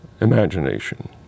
imagination